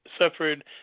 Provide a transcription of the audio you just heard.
suffered